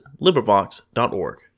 LibriVox.org